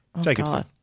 Jacobson